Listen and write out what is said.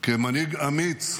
כמנהיג אמיץ,